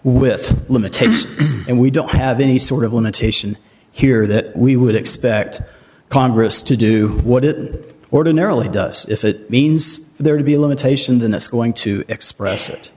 with limitations and we don't have any sort of limitation here that we would expect congress to do what it ordinarily does if it means there to be a limitation that's going to express it